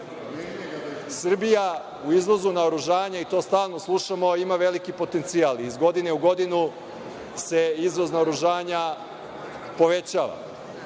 u izvozu naoružanja, i to stalno slušamo, ima veliki potencijal. Iz godine u godinu se izvoz naoružanja povećava